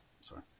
Sorry